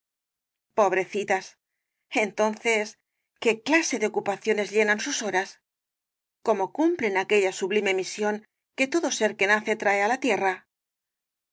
pobrecitas entonces qué clase de ocupaciones llenan sus horas cómo cumplen aquella sublime misión que todo ser que nace trae á la tierra